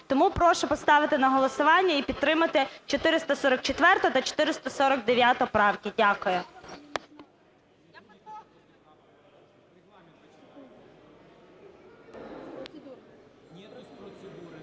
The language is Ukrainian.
Тому прошу поставити на голосування і підтримати 444-у та 449-у правки. Дякую.